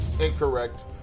Incorrect